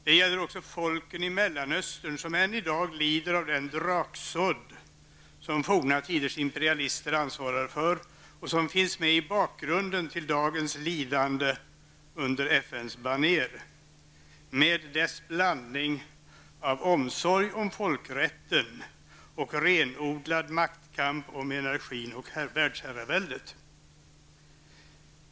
Det gäller också folken i Mellanöstern som än i dag lider av den draksådd som forna tiderns imperialister ansvarar för och som finns med i bakgrunden till dagens lidande under FNs banér, med dess blandning av omsorg om folkrätten och renodlad maktkamp om energin och världsherraväldet.